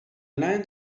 land